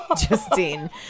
Justine